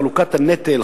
חלוקת הנטל,